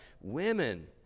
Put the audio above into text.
Women